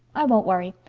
i won't worry.